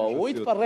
לא, הוא התפרץ.